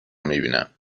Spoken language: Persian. میبینم